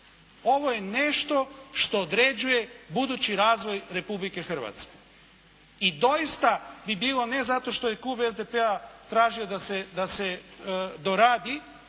Ovo je nešto što određuje budući razvoj Republike Hrvatske. I doista bi bilo ne zato što je klub SDP-a tražio da se doradi,